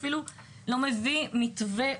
אפילו לא מביא מתווה,